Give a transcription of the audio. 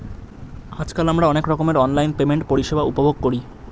আজকাল আমরা অনেক রকমের অনলাইন পেমেন্ট পরিষেবা উপভোগ করি